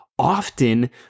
Often